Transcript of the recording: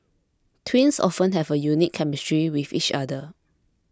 twins often have a unique chemistry with each other